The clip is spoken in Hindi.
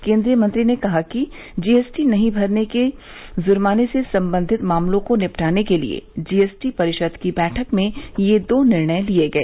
केंद्रीय मंत्री ने कहा कि जीएसटी नहीं भरने पर जुर्माने से संबंधित मामलों को निपटाने के लिए जीएसटी परिषद की बैठक में ये दो निर्णय लिए गए